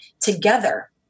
together